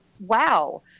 wow